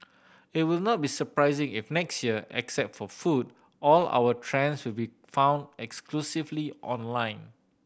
it will not be surprising if next year except for food all our trends will be found exclusively online